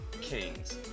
kings